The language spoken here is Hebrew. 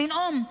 לנאום.